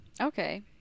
Okay